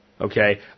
Okay